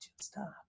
stop